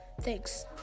thanks